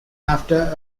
after